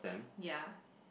ya